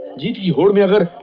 you will get